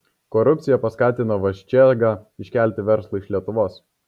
korupcija paskatino vaščėgą iškelti verslą iš lietuvos